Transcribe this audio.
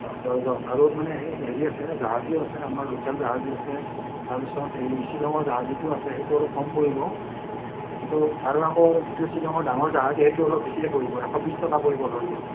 dozen আৰু মানে সেই হেৰি আছে জাহাজীও আছে আমাৰ লোকেল জাহাজী আছে তাৰপিছত এই ছিলংৰ জাহাজীটো আছে সেইটো অলপ কম পৰিব কিন্তু তাৰো আকৌ যিটো ছিলংৰ ডাঙৰ জাহাজী সেইটো অলপ বেছিয়ে পৰিব এশ বিশ টকা পৰিব ডৰ্জন